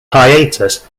hiatus